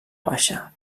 baixa